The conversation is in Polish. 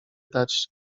dać